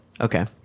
okay